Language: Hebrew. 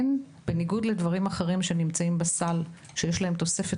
בניגוד לדברים אחרים שנמצאים בסל ויש להם תוספת